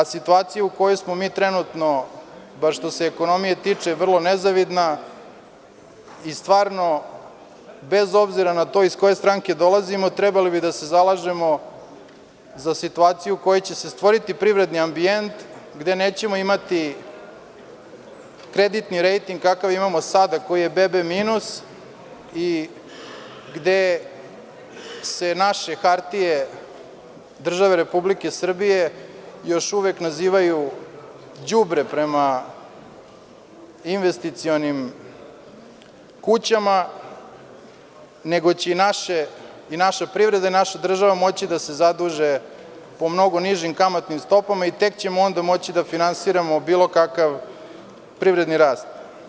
Situacija u kojoj smo mi trenutno, bar što se ekonomije tiče, je vrlo nezavidna i stvarno bez obzira na to iz koje stranke dolazimo, trebali bi da se zalažemo za situaciju u kojoj će se stvoriti privredni ambijent, gde nećemo imati kreditni rejting kakav imamo sada, koji je be-be minus, i gde se naše hartije države Republike Srbije još uvek nazivaju „đubre“ prema investicionim kućama, nego će i naša privreda i naša država moći da se zaduže po mnogo nižim kamatnim stopama i tek ćemo onda moći da finansiramo bilo kakav privredni rast.